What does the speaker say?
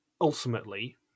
ultimately